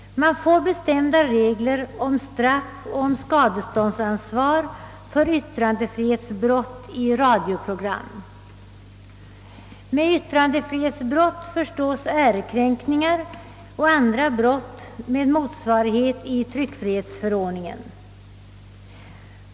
Man får bestämda lagregler om straff och om skadeståndsansvar för yttrandefrihetsbrott i radioprogram. Med yttrandefrihetsbrott förstås ärekränkningar och andra brott med motsvarighet i tryckfrihetsförordningen.